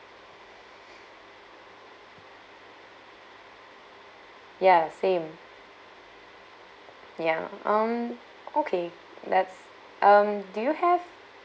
ya same ya um okay let's um do you have